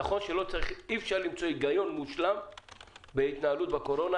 נכון שאי אפשר למצוא היגיון מושלם בהתנהלות בקורונה,